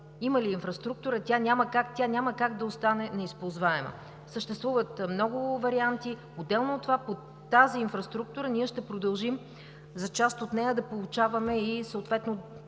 има ли инфраструктура, тя няма как да остане неизползваема. Съществуват много варианти. Отделно от това по тази инфраструктура, за част от нея ще продължим да получаваме и съответно